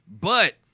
But-